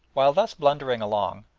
while thus blundering along,